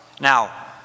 Now